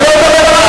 אני לא מדבר על,